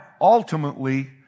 ultimately